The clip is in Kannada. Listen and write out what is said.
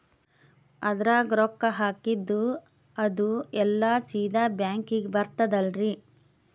ಅದ್ರಗ ರೊಕ್ಕ ಹಾಕಿದ್ದು ಅದು ಎಲ್ಲಾ ಸೀದಾ ಬ್ಯಾಂಕಿಗಿ ಬರ್ತದಲ್ರಿ?